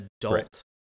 adult